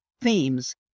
themes